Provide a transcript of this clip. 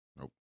Nope